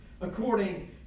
according